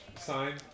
sign